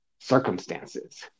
circumstances